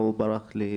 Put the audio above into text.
כמו